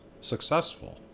successful